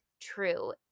true